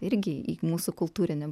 irgi į mūsų kultūrinį